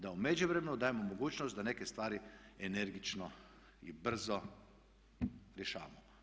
Da u međuvremenu dajemo mogućnost da neke stvari energično i brzo rješavamo.